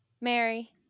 Mary